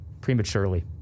prematurely